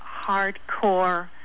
hardcore